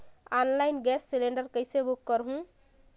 Online gas cylinder कइसे book करहु?